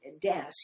dash